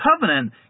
covenant